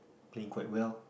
playing quite well